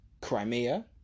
Crimea